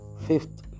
Fifth